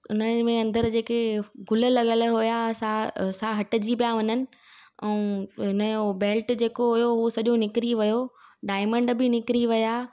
उनमें अंदर जेके गुल लॻियलि हुया सा सा हटिजी पिया वञनि ऐं इनजो बेल्ट जेको हुयो उहो सॼो निकिरी वियो डायमंड बि निकिरी विया